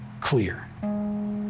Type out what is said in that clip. clear